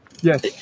yes